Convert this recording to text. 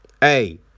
hey